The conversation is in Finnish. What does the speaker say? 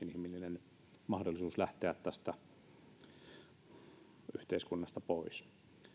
inhimillinen mahdollisuus lähteä tästä yhteiskunnasta pois